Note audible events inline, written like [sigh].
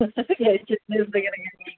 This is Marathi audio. तसं [unintelligible]